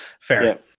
Fair